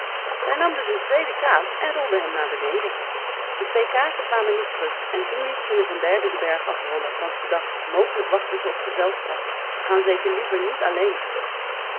zij nam dus een tweede kaas en rolde hem naar beneden de twee kazen kwamen niet terug en toen liet ze nog een derde den berg afrollen want ze dacht mogelijk wachten ze op gezelschap ze gaan zeker liever niet alléén